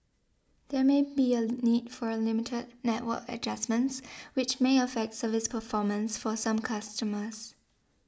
there may be a need for limited network adjustments which may affect service performance for some customers